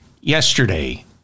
Yesterday